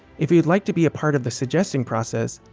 if you would like to be a part of the suggesting process,